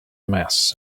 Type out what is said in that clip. mass